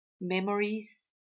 memories